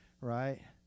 right